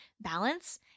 balance